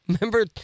Remember